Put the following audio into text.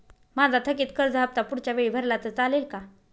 माझा थकीत कर्ज हफ्ता पुढच्या वेळी भरला तर चालेल का?